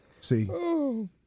See